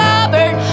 Robert